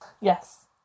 Yes